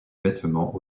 vêtements